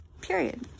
Period